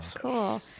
cool